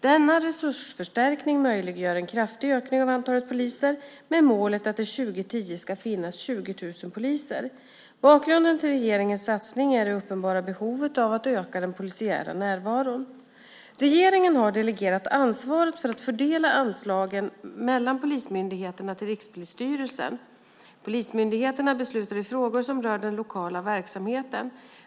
Denna resursförstärkning möjliggör en kraftig ökning av antalet poliser, med målet att det 2010 ska finnas 20 000 poliser. Bakgrunden till regeringens satsning är det uppenbara behovet av att öka den polisiära närvaron. Regeringen har delegerat ansvaret för att fördela anslaget mellan polismyndigheterna till Rikspolisstyrelsen. Polismyndigheterna beslutar i frågor som rör den lokala verksamheten.